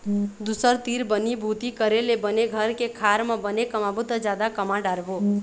दूसर तीर बनी भूती करे ले बने घर के खार म बने कमाबो त जादा कमा डारबो